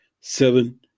seven